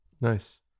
Nice